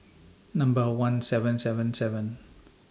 Number one seven seven seven